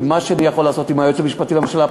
ומה שאני יכול לעשות עם היועץ המשפטי לממשלה,